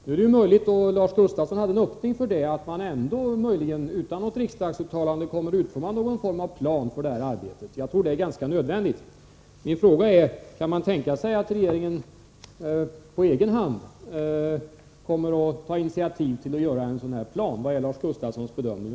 Nu är det ju möjligt — och Lars Gustafsson höll en öppning för det — att man även utan något riksdagsuttalande kommer att utforma någon form av plan för detta arbete. Jag tror det är nödvändigt. Min fråga är: Kan man tänka sig att regeringen på egen hand kommer att ta initiativ till att göra en sådan plan? Det vore mycket bra i så fall.